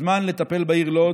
הזמן לטפל בעיר לוד